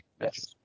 Yes